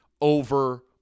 over